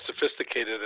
sophisticated